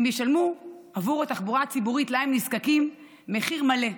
הם ישלמו עבור התחבורה הציבורית שהם נזקקים לה מחיר מלא,